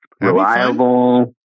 reliable